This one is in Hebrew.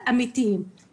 אמיתיים עם עצמנו.